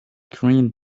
green